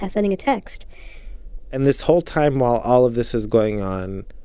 sending a text and this whole time while all of this is going on,